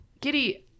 Giddy